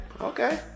Okay